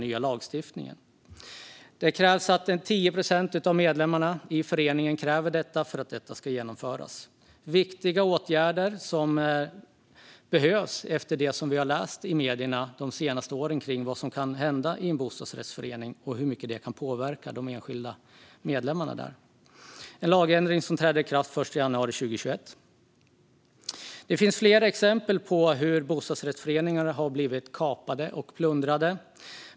Det krävs att 10 procent av medlemmarna i föreningen begär det för att det ska genomföras. Det är viktiga åtgärder som behövs efter det som vi har läst i medierna de senaste åren om vad som kan hända i en bostadsrättsförening och hur mycket det kan påverka de enskilda medlemmarna där. Lagändringen träder i kraft den 1 januari 2021. Det finns flera exempel på hur bostadsrättsföreningar har blivit kapade och plundrade.